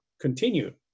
continue